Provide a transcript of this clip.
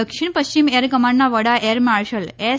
દક્ષિણ પશ્ચિમ એર કમાન્ડના વડા એરમાર્શલ એસ